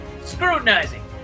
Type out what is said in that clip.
scrutinizing